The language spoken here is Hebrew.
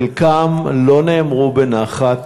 חלקם לא נאמרו בנחת,